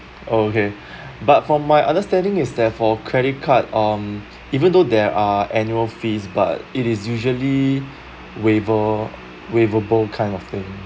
okay but from my understanding is that for credit card um even though there are annual fees but it is usually waiver waive able kind of thing